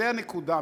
זו הנקודה.